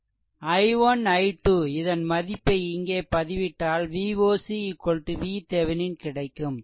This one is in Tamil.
i1 i2 இதன் மதிப்பை இங்கே பதிவிட்டால் Voc VThevenin கிடைக்கும்